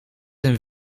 een